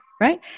Right